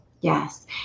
yes